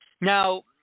Now